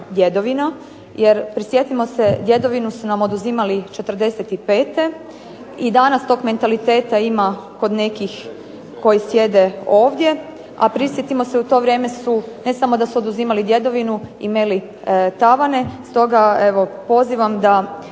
djedovina jer prisjetimo se djedovinu su nam oduzimali '45. i danas toga mentaliteta ima kod nekih koji sjede ovdje. A prisjetimo se u to vrijeme su ne samo da su oduzimali djedovinu i meli tavane. Stoga evo pozivam da